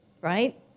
right